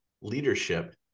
leadership